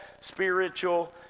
spiritual